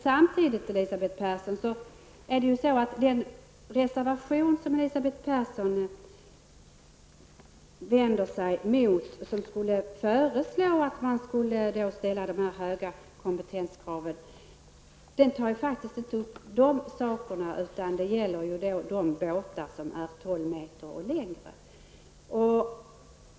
Samtidigt, Elisabeth Persson, är det så att det i den reservation som Elisabeth Persson vänder sig mot föreslås att man skall ställa höga kompetenskrav. Den tar faktiskt inte upp dessa saker, utan den gäller de båtar som är tolv meter och längre.